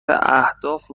اهداف